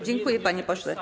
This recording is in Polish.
Dziękuję, panie pośle.